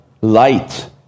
light